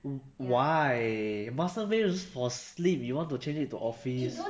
oh why master bedroom is for sleep you want to change it to office only had to be forced imagine